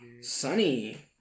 sunny